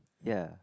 ya